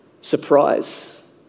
surprise